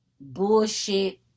bullshit